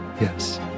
yes